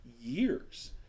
years